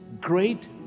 great